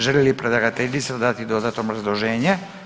Želi li predlagateljica dati dodatno obrazloženje?